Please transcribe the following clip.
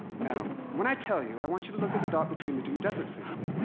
now, when i tell you, i want you to look at the dot between the two desert scenes.